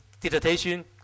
dissertation